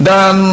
Dan